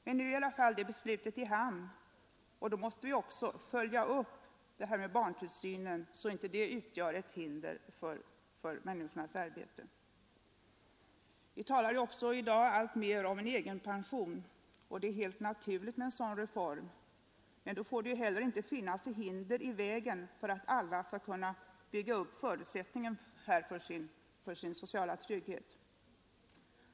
Men nu är i alla fall det beslutet i hamn, och då måste det följas upp med barntillsyn, så att inte frånvaron av sådan utgör ett hinder för människors arbete. Vi talar i dag alltmer om en egenpension. Det är helt naturligt med en sådan reform, men då får det inte heller finnas hinder i vägen för att alla skall kunna bygga upp förutsättningen för sin sociala trygghet.